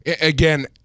Again